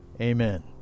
Amen